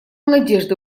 надежды